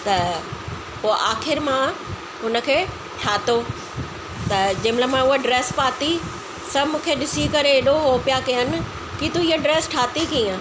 त पोइ आखिरि मां उन खे ठाहियो त जेमहिल मां उहा ड्रेस पाती सभु मूंखे ॾिसी करे अहिड़ो उहो पिया कनि की तूं इहे ड्रेस ठाही कीअं